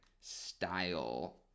style